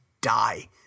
die